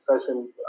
session